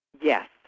Yes